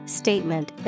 statement